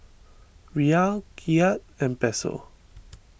Riyal Kyat and Peso